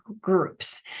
groups